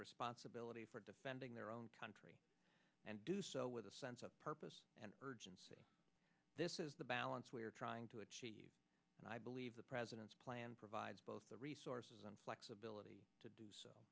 responsibility for defending their own country and do so with a sense of purpose and urgency this is the balance we are trying to achieve and i believe the president's plan provides both the resources and flexibility to do so